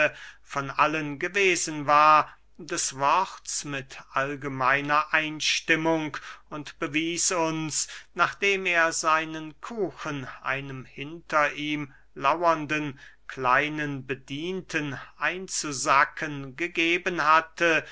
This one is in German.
von allen gewesen war des worts mit allgemeiner einstimmung und bewies uns nachdem er seinen kuchen einem hinter ihm laurenden kleinen bedienten einzusacken gegeben hatte